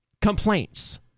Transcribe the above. complaints